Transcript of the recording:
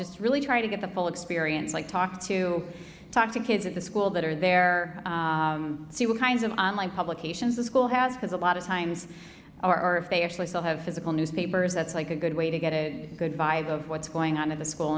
just really try to get the full experience like talk to talk to kids at the school that are there see what kinds of publications the school has because a lot of times are if they actually still have physical newspapers that's like a good way to get a good vibe of what's going on in the school